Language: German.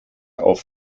auf